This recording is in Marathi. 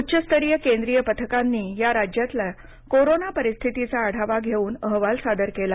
उच्चस्तरीय केंद्रीय पथकांनी या राज्यातल्या कोरोना परिस्थितीचा आढावा घेऊन अहवाल सादर केला